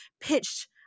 pitched